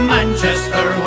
Manchester